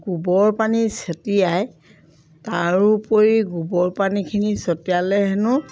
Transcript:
গোবৰ পানী ছেটিয়াই তাৰোপৰি গোবৰ পানীখিনি ছটিয়ালে হেনো